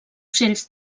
ocells